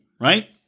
right